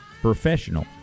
professional